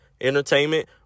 entertainment